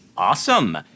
Awesome